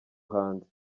hanze